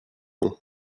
long